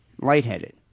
lightheaded